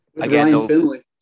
again